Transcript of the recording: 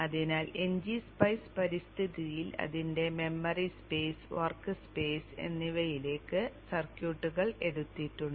അതിനാൽ n g space പരിതസ്ഥിതിയിൽ അതിന്റെ മെമ്മറി സ്പേസ് വർക്ക് സ്പേസ് എന്നിവയിലേക്ക് സർക്യൂട്ടുകൾ എടുത്തിട്ടുണ്ട്